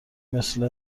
مثل